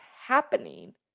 happening